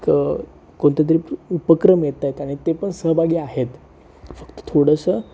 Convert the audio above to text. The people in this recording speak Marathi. एक कोणतं तरी उपक्रम येत आहेत आणि ते पण सहभागी आहेत फक्त थोडंसं